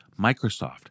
Microsoft